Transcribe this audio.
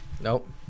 Nope